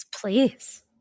please